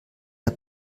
der